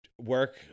Work